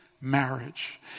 marriage